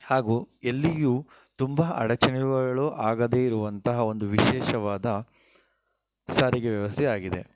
ಹಾಗೂ ಎಲ್ಲಿಯೂ ತುಂಬಾ ಅಡಚಣೆಗಳು ಆಗದೇ ಇರುವಂತಹ ಒಂದು ವಿಶೇಷವಾದ ಸಾರಿಗೆ ವ್ಯವಸ್ಥೆ ಆಗಿದೆ